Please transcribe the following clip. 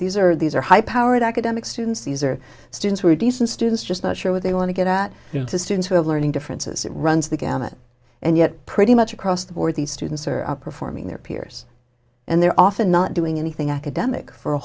these are these are high powered academics students these are students who are decent students just not sure what they want to get at you know to students who have learning differences it runs the gamut and yet pretty much across the board these students are performing their peers and they're often not doing anything academic for a